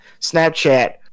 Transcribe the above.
Snapchat